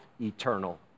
eternal